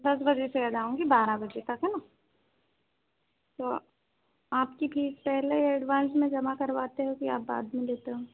दस बजे से ल आऊँगी बारह बजे तक है न तो आपकी फीस पहले एडवांस में जमा करवाते हो कि आप बाद में लेते हो